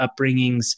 upbringings